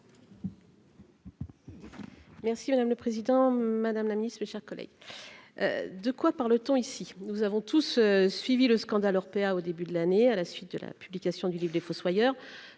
Merci madame le président, madame la ministre, chers collègues, de quoi parle-t-on ici, nous avons tous suivi le scandale Orpea au début de l'année, à la suite de la publication du livre les fossoyeurs,